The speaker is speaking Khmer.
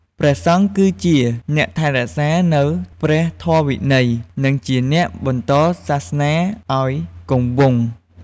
ព្រះសង្ឃគឺជាអ្នកថែរក្សានូវព្រះធម៌វិន័យ និងជាអ្នកបន្តសាសនាឲ្យគង់វង្ស។